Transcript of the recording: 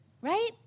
right